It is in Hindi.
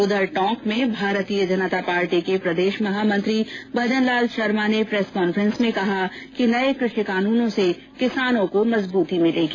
उधर टोंक में भारतीय जनता पार्टी के प्रदेश महामंत्री भजनलाल शर्मा ने प्रेस कांफ्रेंस में कहा कि नये कृषि कानूनों से किसानों को मजबूती मिलेगी